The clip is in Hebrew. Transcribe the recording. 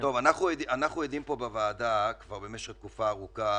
אנחנו עדים פה בוועדה כבר במשך תקופה ארוכה